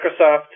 Microsoft